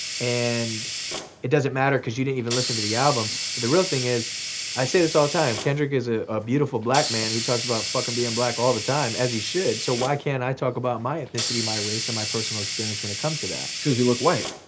and it doesn't matter cause you didn't even listen to the album. but the real thing is i say this all the time, kendrick is a ah beautiful black man, who talks about fucking being black all the time, as he should. so why can't i talk about my ethnicity, my race, and my personal experience when it comes to that. because you look white.